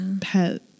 pet